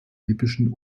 lippischen